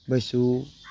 बैसू